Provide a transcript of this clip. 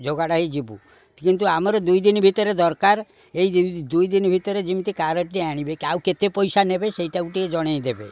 ଯୋଗାଡ଼ ହେଇଯିବୁ କିନ୍ତୁ ଆମର ଦୁଇ ଦିନ ଭିତରେ ଦରକାର ଏଇ ଦୁଇ ଦିନ ଭିତରେ ଯେମିତି କାରଟି ଆଣିବେ ଆଉ କେତେ ପଇସା ନେବେ ସେଇଟାକୁ ଟିକେ ଜଣାଇଦେବେ